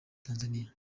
tanzania